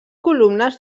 columnes